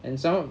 and so~